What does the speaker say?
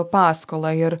paskolą ir